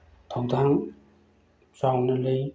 ꯊꯧꯗꯥꯡ ꯆꯥꯎꯅ ꯂꯩ